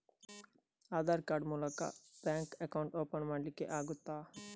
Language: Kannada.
ಆಧಾರ್ ಕಾರ್ಡ್ ಮೂಲಕ ಬ್ಯಾಂಕ್ ಅಕೌಂಟ್ ಓಪನ್ ಮಾಡಲಿಕ್ಕೆ ಆಗುತಾ?